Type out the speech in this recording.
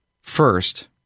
First